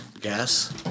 Gas